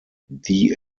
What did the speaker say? die